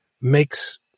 makes